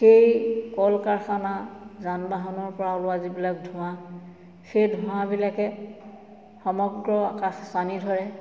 সেই কল কাৰখানা যান বাহনৰ পৰা ওলোৱা যিবিলাক ধোঁৱা সেই ধোঁৱাবিলাকে সমগ্ৰ আকাশ ছানি ধৰে